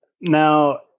Now